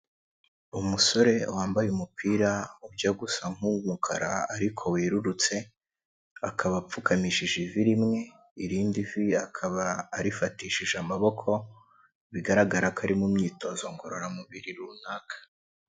Umusore wambaye umupira ujya gusa nk'umukara ariko werurutse akaba apfukamishije ivi rimwe irindi vi akaba arifatishije amaboko, bigaragara ko ari mu myitozo ngororamubiri runaka.